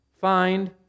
find